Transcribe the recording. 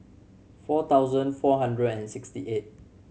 four thousand four hundred and sixty eight